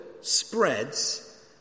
spreads